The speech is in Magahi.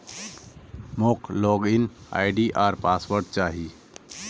मोक log in ID or password चाहि